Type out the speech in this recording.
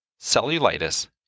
cellulitis